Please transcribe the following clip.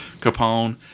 capone